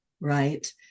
right